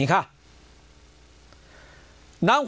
you know